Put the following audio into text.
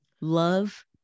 love